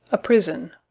a prison.